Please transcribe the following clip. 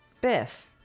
Biff